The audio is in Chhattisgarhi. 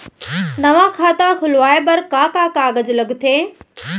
नवा खाता खुलवाए बर का का कागज लगथे?